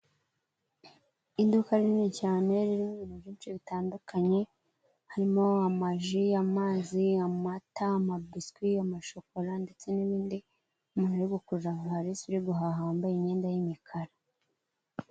Iduka rinini cyane ririmo ibintu byinshi bitandukanye harimo amaji amazi amatama amabiswi amashokora ndetse n'ibindi, umuntu uri gukurura vaisi uri guhaha wambaye imyenda y'imikara.